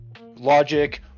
logic